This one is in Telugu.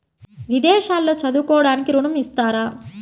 విదేశాల్లో చదువుకోవడానికి ఋణం ఇస్తారా?